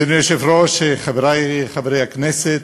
אדוני היושב-ראש, חברי חברי הכנסת,